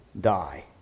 die